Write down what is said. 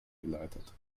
geleitet